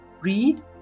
Read